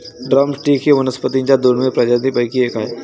drum stick ही वनस्पतीं च्या दुर्मिळ प्रजातींपैकी एक आहे